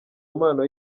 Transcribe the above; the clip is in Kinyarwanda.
mpano